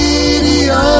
Radio